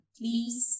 please